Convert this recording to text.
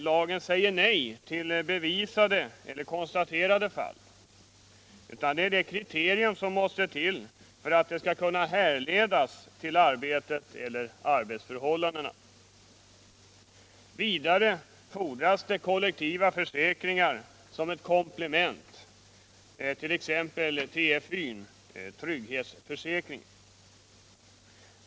Lagen säger inte nej till bevisade eller konstaterade fall, men det finns ett kriterium, nämligen att fallet skall kunna ”härledas” till arbetet eller arbetsförhållandena. Vidare fordras kollektiva försäkringar såsom komplement, t.ex. TFY — trygghetsförsäkringen.